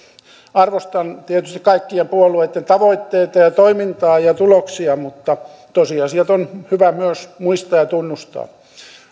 arvostan tietysti kaikkien puolueitten tavoitteita toimintaa ja tuloksia mutta tosiasiat on hyvä myös muistaa ja tunnustaa